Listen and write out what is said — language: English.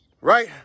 Right